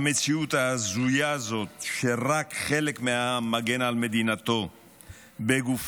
המציאות ההזויה הזאת שרק חלק מהעם מגן על מדינתו בגופו,